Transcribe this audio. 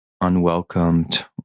unwelcomed